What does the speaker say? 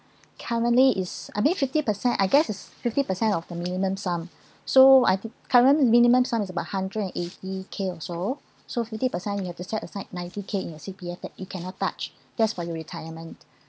currently is I mean fifty percent I guess is fifty percent of the minimum sum so I think current minimum sum is about hundred and eighty K also so fifty percent you have to set aside ninety K in your C_P_F that you cannot touch that's for your retirement